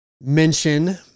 mention